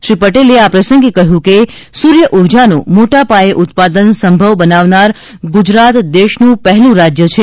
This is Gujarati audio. શ્રી પટેલે આ પ્રસંગે કહ્યું હતું કે સૂર્યઉર્જાનું મોટાપાયે ઉત્પાદન સંભવ બનાવનાર ગુજરાત દેશનું પહેલું રાજ્ય છે